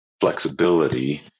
flexibility